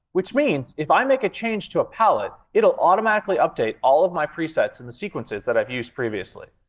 which means if i make a change to a palette, it'll automatically update all of my presets in the sequences that i've used previously.